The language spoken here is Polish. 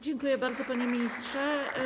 Dziękuję bardzo, panie ministrze.